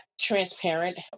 transparent